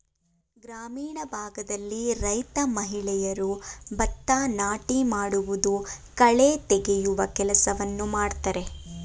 ಗ್ರಾಮೀಣ ಭಾಗದಲ್ಲಿ ರೈತ ಮಹಿಳೆಯರು ಭತ್ತ ನಾಟಿ ಮಾಡುವುದು, ಕಳೆ ತೆಗೆಯುವ ಕೆಲಸವನ್ನು ಮಾಡ್ತರೆ